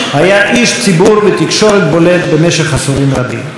ציבור ותקשורת בולט במשך עשורים רבים.